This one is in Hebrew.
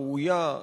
ראויה,